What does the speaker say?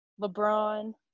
LeBron